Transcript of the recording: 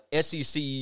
SEC